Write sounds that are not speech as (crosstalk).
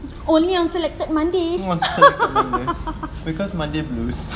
only on selected mondays (laughs)